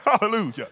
Hallelujah